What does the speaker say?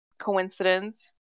coincidence